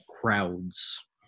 crowds